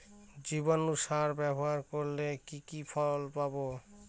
জীবাণু সার ব্যাবহার করলে কি কি ফল পাবো?